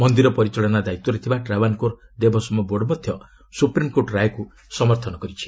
ମନ୍ଦିରର ପରିଚାଳନା ଦାୟିତ୍ୱରେ ଥିବା ଟ୍ରାବାନ୍ କୋର ଦେବସୋମ ବୋର୍ଡ ମଧ୍ୟ ସ୍ୱପ୍ରିମକୋର୍ଟ ରାୟକ୍ ସମର୍ଥନ କରିଛି